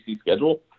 schedule